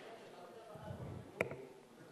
אנחנו